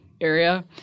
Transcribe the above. area